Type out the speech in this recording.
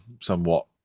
somewhat